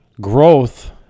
growth